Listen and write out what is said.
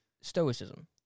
stoicism